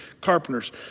carpenters